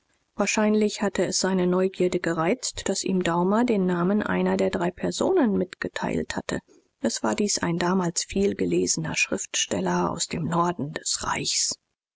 wahrscheinlich hatte es seine neugierde gereizt daß ihm daumer den namen einer der drei personen mitgeteilt hatte es war dies ein damals vielgelesener schriftsteller aus dem norden des reichs